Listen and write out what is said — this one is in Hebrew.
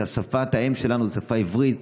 ושפת האם שלנו היא השפה העברית,